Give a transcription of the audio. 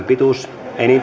pituus